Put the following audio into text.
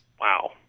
wow